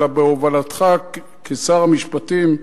אלא בהובלתך כשר המשפטים,